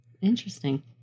Interesting